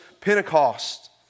Pentecost